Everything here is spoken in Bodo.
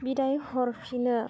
बिदाय हरफिनो